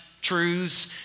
truths